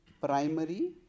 primary